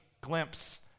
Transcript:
glimpse